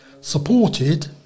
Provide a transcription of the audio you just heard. supported